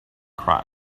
cry